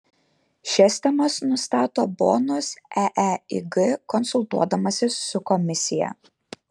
šias temas nustato bonus eeig konsultuodamasis su komisija